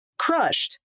crushed